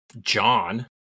John